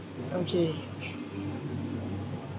okay